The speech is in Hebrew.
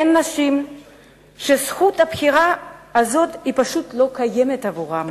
הן נשים שזכות הבחירה הזאת פשוט לא קיימת עבורן.